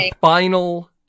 final